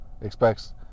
Expects